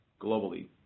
globally